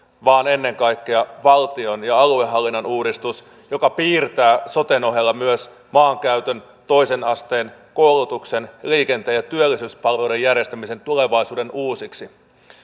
vaan ennen kaikkea valtion ja aluehallinnon uudistus joka piirtää soten ohella myös maankäytön toisen asteen koulutuksen liikenteen ja työllisyyspalveluiden järjestämisen tulevaisuuden uusiksi